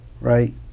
right